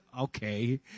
Okay